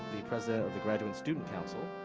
the president of the graduate student council.